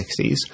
1960s